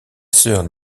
sœur